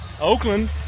Oakland